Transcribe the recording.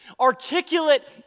articulate